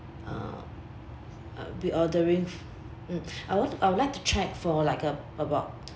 uh uh with ordering fo~ mm I would I would like to check for like uh about